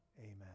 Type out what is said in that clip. amen